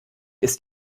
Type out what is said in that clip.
ist